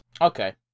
Okay